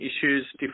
issues